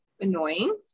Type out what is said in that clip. annoying